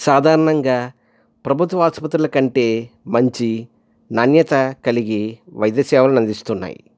సాధారణంగా ప్రభుత్వ ఆసుపత్రుల కంటే మంచి నాణ్యత కలిగి వైద్య సేవలు అందిస్తున్నాయి